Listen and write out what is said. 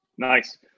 Nice